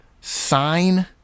sign